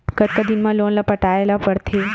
कतका दिन मा लोन ला पटाय ला पढ़ते?